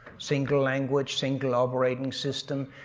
single language, single operating system,